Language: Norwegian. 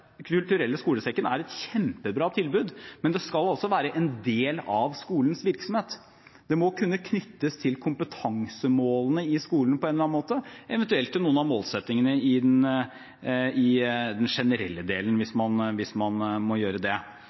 kulturelle skolesekken er et kjempebra tilbud, men det skal altså være en del av skolens virksomhet. Det må kunne knyttes til kompetansemålene i skolen på en eller annen måte, eventuelt til noen av målsettingene i den generelle delen – hvis man må gjøre det.